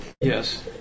Yes